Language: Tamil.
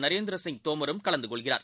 நரேந்திரசிங் தோமரும் கலந்துகொள்கிறார்